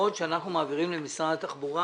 ההעברות שאנחנו מעבירים למשרד התחבורה